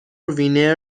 وینر